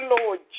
Lord